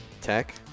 Tech